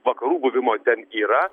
vakarų buvimo ten yra